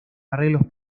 arreglos